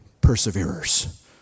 perseverers